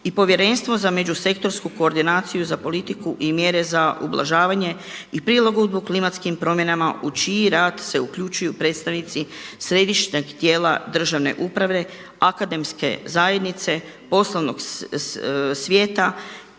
i Povjerenstvo za međusektorsku koordinaciju za politiku i mjere za ublažavanje i prilagodbu klimatskim promjenama u čiji rad se uključuju predstavnici središnjeg tijela državne uprave, akademske zajednice, poslovnog svijeta